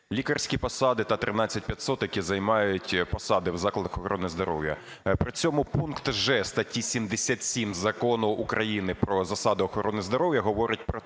лікарські посади, та 13500, які займають посади в закладах охорони здоров'я. При цьому пункт "ж" статті 77 Закону України про засади охорони здоров'я говорить про